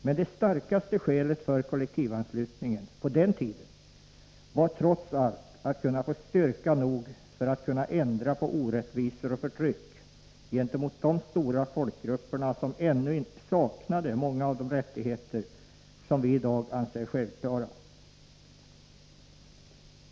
Men det starkaste skälet för kollektivanslutningen på den tiden var trots allt att kunna få styrka nog att kunna ändra på orättvisor och förtryck gentemot de stora folkgrupper som ännu saknade många av de rättigheter som vi i dag anser självklara.